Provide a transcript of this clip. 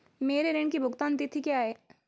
मेरे ऋण की भुगतान तिथि क्या है?